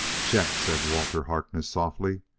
chet, said walter harkness softly.